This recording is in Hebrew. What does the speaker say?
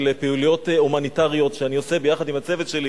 במסגרת של פעילויות הומניטריות שאני עושה ביחד עם הצוות שלי